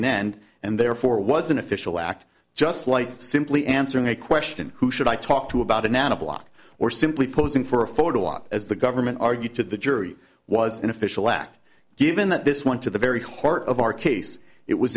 an end and therefore was an official act just like simply answering a question who should i talk to about a nano block or simply posing for a photo op as the government argued to the jury was an official act given that this went to the very heart of our case it was